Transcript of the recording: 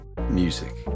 music